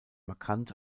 markant